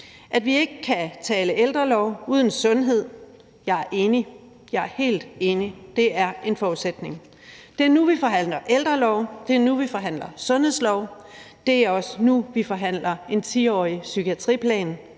at vi ikke kan tale ældrelov uden sundhed. Jeg er enig. Jeg er helt enig i, at det er en forudsætning. Det er nu, vi forhandler ældrelov. Det er nu, vi forhandler sundhedslov. Det er også nu, at vi forhandler en 10-årig psykiatriplan.